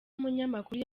umunyamakuru